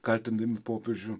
kaltindami popiežių